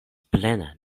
plena